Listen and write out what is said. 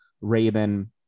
Raven